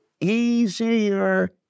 easier